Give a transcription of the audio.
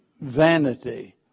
vanity